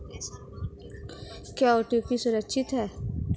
क्या ओ.टी.पी सुरक्षित है?